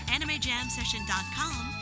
AnimeJamSession.com